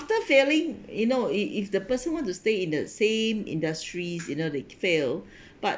after failing you know if if the person want to stay in the same industries you know they fail but